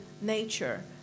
nature